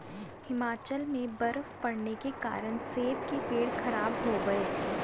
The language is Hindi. हिमाचल में बर्फ़ पड़ने के कारण सेब के पेड़ खराब हो गए